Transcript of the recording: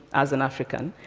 as an african,